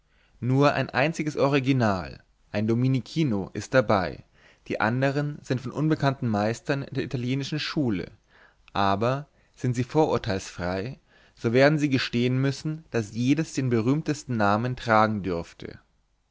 nur ein einziges original ein dominichino ist dabei die anderen sind von unbekannten meistern der italienischen schule aber sind sie vorurteilsfrei so werden sie gestehen müssen daß jedes den berühmtesten namen tragen dürfte